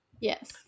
Yes